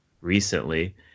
recently